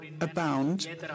abound